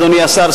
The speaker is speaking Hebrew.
אדוני השר.